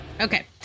Okay